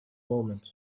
moment